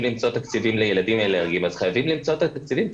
למצוא תקציבים לילדים אלרגיים אז חייבים למצוא את התקציבים,